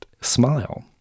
smile